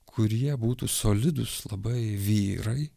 kurie būtų solidūs labai vyrai